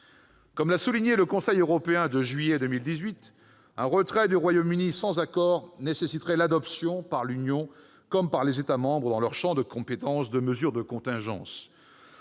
Comme l'a souligné le Conseil européen de juillet 2018, un retrait du Royaume-Uni sans accord nécessiterait l'adoption, par l'Union comme par les États membres, dans leur champ de compétences, de mesures de contingence.